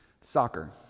soccer